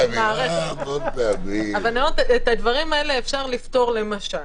את הדברים האלה אפשר לפתור, למשל,